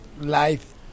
life